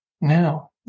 now